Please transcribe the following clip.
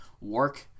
work